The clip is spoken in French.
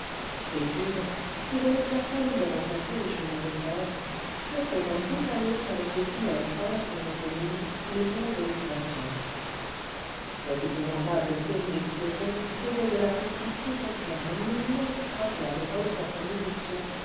les tubes qui venaient à peine de remplacer les chemins de fer sautaient d'un bout à l'autre avec les tunnels traversant les collines les ponts et les stations cette épouvantable série d'explosions qui faisait de la russie toutentière un immense cratère de volcan en éruption